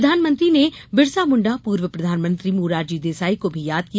प्रधानमंत्री ने बिरसा मुंडा पूर्व प्रधानमंत्री मोरारजी देसाई को भी याद किया